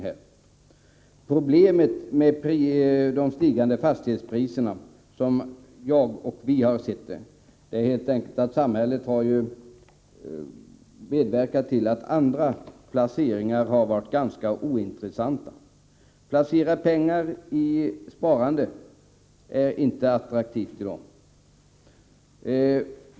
Som vi har sett det är problemet med de stigande fastighetspriserna helt enkelt att samhället har medverkat till att andra placeringar blivit ointressanta. Att placera pengar i sparande är inte attraktivt i dag.